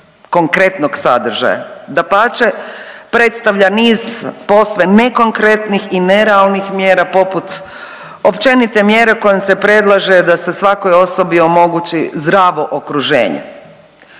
konkretnog sadržaja, dapače predstavlja niz posve nekonkretnih i nerealnih mjera poput općenite mjere kojom se predlaže da se svakoj osobi omogući zdravo okruženje.